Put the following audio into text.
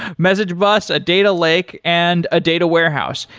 message bus, a data lake and a data warehouse.